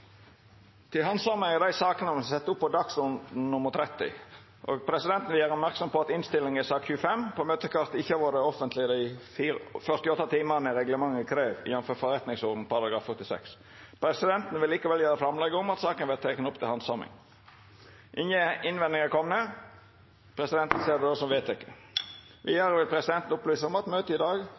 verta handsama etter reglementet. Presidenten vil gjera merksam på at innstillinga i sak nr. 25 på møtekartet ikkje har vore offentleg i dei 48 timane reglementet krev, jf. forretningsordenen § 46. Presidenten vil likevel gjera framlegg om at saka vert teken opp til handsaming. Ingen innvendingar er komne mot det. – Presidenten ser det som vedteke. Vidare vil presidenten opplyse om at møtet i dag